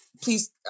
please